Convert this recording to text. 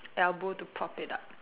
elbow to prop it up